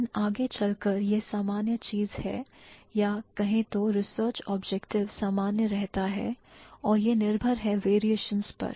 लेकिन आगे चलकर यह सामान चीज है या कहें तो research objective समान रहता है और यह निर्भर है variations पर